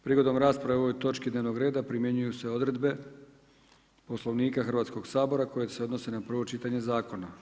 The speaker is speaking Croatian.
Prigodom rasprave o ovoj točci dnevnog reda, primjenjuju se odredbe Poslovnika Hrvatskog sabora, koji se odnose na prvo čitanje zakona.